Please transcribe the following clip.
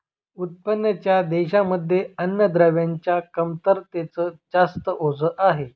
उत्पन्नाच्या देशांमध्ये अन्नद्रव्यांच्या कमतरतेच जास्त ओझ आहे